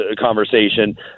conversation